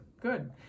good